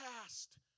past